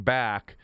back